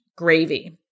Gravy